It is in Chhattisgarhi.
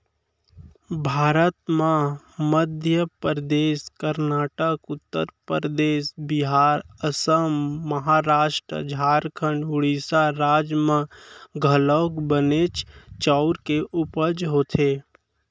भारत म मध्य परदेस, करनाटक, उत्तर परदेस, बिहार, असम, महारास्ट, झारखंड, ओड़ीसा राज म घलौक बनेच चाँउर के उपज होथे